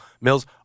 Mills